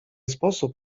sposób